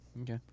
Okay